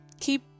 keep